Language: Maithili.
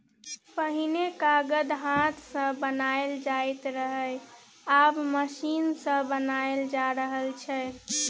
पहिने कागत हाथ सँ बनाएल जाइत रहय आब मशीन सँ बनाएल जा रहल छै